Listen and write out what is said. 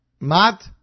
Mat